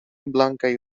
blankaj